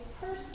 person